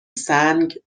سنگ